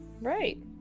Right